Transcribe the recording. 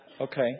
Okay